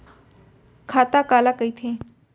खाता काला कहिथे?